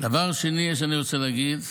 דבר שני שאני רוצה להגיד,